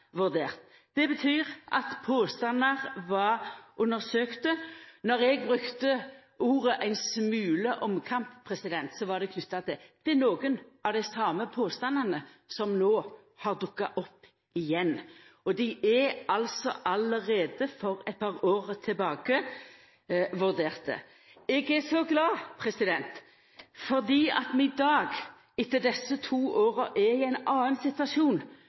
undersøkte. Då eg brukte uttrykket «ein snev av» omkamp, var det knytt til nokre av dei same påstandane som no har dukka opp igjen, og dei vart vurderte allereie for eit par år sidan. Eg er så glad fordi vi i dag, etter desse to åra, er i ein annan situasjon